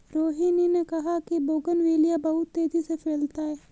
रोहिनी ने कहा कि बोगनवेलिया बहुत तेजी से फैलता है